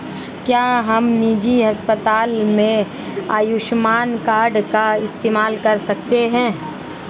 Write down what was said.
क्या हम निजी अस्पताल में आयुष्मान कार्ड का इस्तेमाल कर सकते हैं?